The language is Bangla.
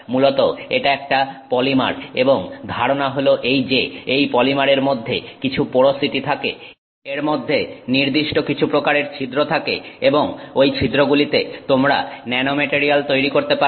মূলত এটা একটা পলিমার এবং ধারনা হল এই যে এই পলিমারের মধ্যে কিছু পোরোসিটি থাকে এর মধ্যে নির্দিষ্ট কিছু প্রকারের ছিদ্র থাকে এবং ঐ ছিদ্রগুলিতে তোমরা ন্যানোমেটারিয়াল তৈরি করতে পারো